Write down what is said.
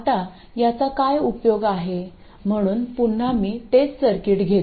आता याचा काय उपयोग आहे म्हणून पुन्हा मी तेच सर्किट घेतो